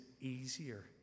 easier